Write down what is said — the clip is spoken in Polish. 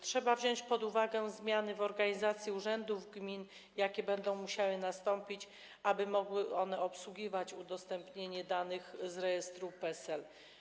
Trzeba wziąć pod uwagę zmiany w organizacji urzędów gmin, jakie będą musiały nastąpić, aby mogły one obsługiwać udostępnianie danych z rejestru PESEL.